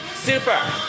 Super